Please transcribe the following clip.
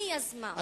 היא יזמה,